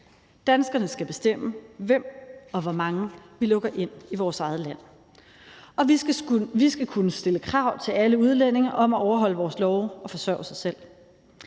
Danskerne skal bestemme, hvem og hvor mange vi lukker ind i vores eget land, og vi skal kunne stille krav til alle udlændinge om at overholde vores love og forsørge sig selv.